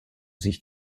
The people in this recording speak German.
sich